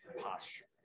posture